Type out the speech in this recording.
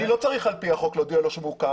אני לא צריך על פי החוק להודיע לו שהוא מעוכב.